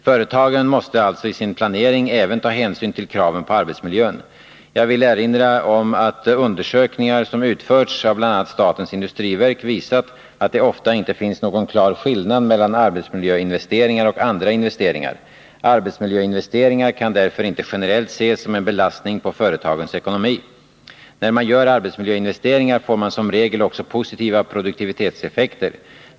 Företagen måste alltså i sin planering även ta hänsyn till kraven på arbetsmiljön. Jag vill erinra om att undersökningar som utförts av bl.a. statens industriverk visat att det ofta inte finns någon klar skillnad mellan arbetsmiljöinvesteringar och andra investeringar. Arbetsmiljöinvesteringar kan därför inte generellt ses som en belastning på företagens ekonomi. När man gör arbetsmiljöinvesteringar får man som regel också positiva produktivitetseffekter.